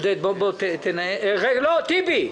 אחמד טיבי,